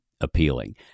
appealing